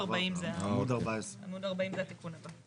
עמוד 40 זה התיקון הבא.